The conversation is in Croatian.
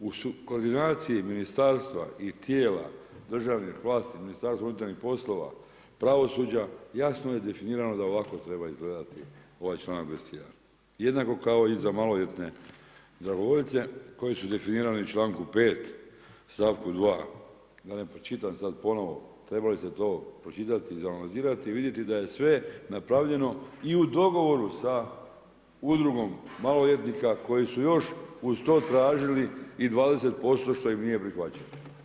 U koordinaciji ministarstva i tijela državnih vlasti, Ministarstva unutarnjih poslova, pravosuđa jasno je definirano da ovako treba izgledati ovaj članak 21. jednako kao i za maloljetne dragovoljce koji su definirani u članku 5. stavku 2. da ne pročitam sad ponovo trebali ste to pročitati i izanalizirati i vidjeti da je sve napravljeno i u dogovoru sa udrugom maloljetnika koji su još uz to tražili i 20% što im nije prihvaćeno.